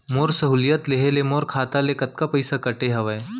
मोर सहुलियत लेहे के मोर खाता ले कतका पइसा कटे हवये?